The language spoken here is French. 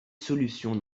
solution